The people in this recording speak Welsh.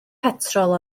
petrol